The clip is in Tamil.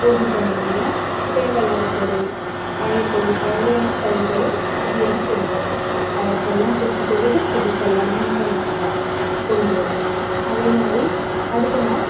போகி பண்டிகையில் தேவை இல்லாத பொருள் பழைய பொருள் பழையன கழிதலும் புதியன புகுதலும் பழசு எல்லாம் தூக்கி போட்டுட்டு புதுசு எல்லாமே என்ன பண்ணுவோம் நம்ப கொண்டு வருவோம் அதே மாதிரி அடுத்த நாள்